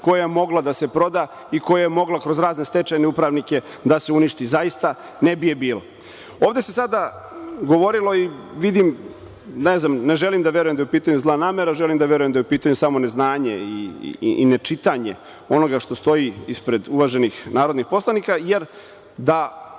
koja je mogla da se proda i koja je mogla kroz razne stečajne upravnike da se uništi. Zaista ne bi je bilo. Ovde se sada govorilo vidim, ne znam, ne želim da verujem da je u pitanju zla namera, želim da verujem da je u pitanju samo neznanje i nečitanje onoga što stoji ispred uvaženih narodnih poslanika. Jer da